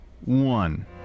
one